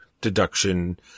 Deduction